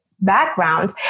background